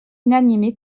inanimée